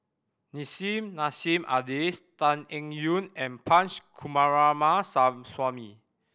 Nissim Nassim Adis Tan Eng Yoon and Punch